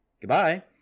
Goodbye